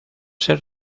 ser